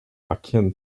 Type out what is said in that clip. akin